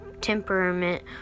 temperament